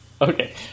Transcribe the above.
Okay